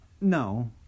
No